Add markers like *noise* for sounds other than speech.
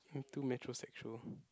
*noise* too metro sexual